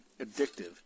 addictive